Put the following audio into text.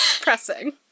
Pressing